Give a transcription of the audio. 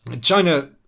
China